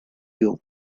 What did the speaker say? you